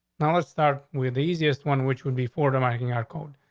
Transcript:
now, let's start with the easiest one, which would be four to making our code.